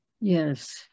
yes